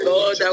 Lord